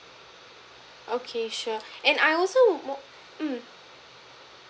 okay sure and I also mo~ mm